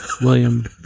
William